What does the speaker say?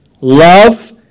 Love